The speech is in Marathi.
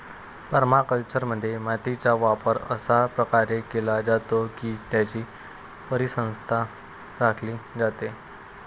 परमाकल्चरमध्ये, मातीचा वापर अशा प्रकारे केला जातो की त्याची परिसंस्था राखली जाते